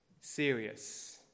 serious